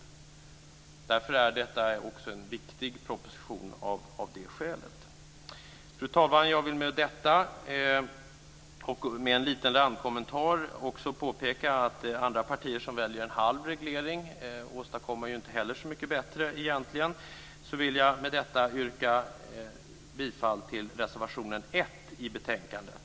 Också av det skälet är detta en viktig proposition. Som en randkommentar vill jag påpeka att de partier som väljer en halv reglering inte heller åstadkommer så mycket mer. Fru talman! Jag vill med detta yrka bifall till reservation 1 till betänkandet.